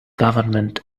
government